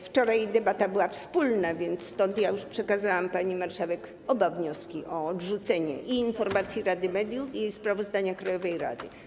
Wczoraj debata była wspólna, więc przekazałam już pani marszałek oba wnioski o odrzucenie: i informacji rady mediów, i sprawozdania krajowej rady.